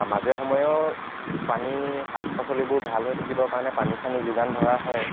মাজে সময়েও পানী শাক পাচলিবোৰ ভাল হৈ থাকিব কাৰণে পানী চানী যোগান ধৰা হয়